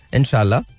Inshallah